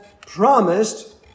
promised